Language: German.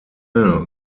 der